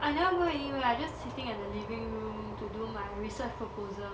I never go anywhere I just sitting at the living room to do my research proposal